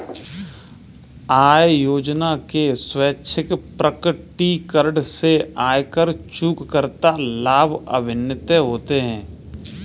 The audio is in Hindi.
आय योजना के स्वैच्छिक प्रकटीकरण से आयकर चूककर्ता लाभान्वित होते हैं